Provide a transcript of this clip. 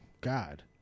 God